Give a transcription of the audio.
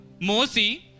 Mosi